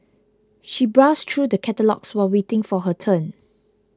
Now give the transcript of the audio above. she browsed through the catalogues while waiting for her turn